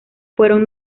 fueron